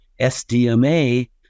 SDMA